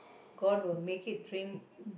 god will make it dream